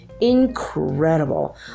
incredible